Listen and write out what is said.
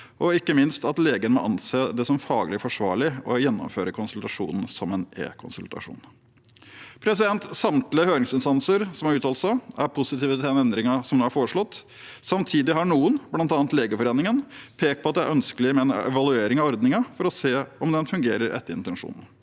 at legen må anse det som faglig forsvarlig å gjennomføre konsultasjonen som en e-konsultasjon. Samtlige høringsinstanser som har uttalt seg, er positive til den endringen som nå er foreslått. Samtidig har noen, bl.a. Legeforeningen, pekt på at det er ønskelig med en evaluering av ordningen for å se om den fungerer etter intensjonen.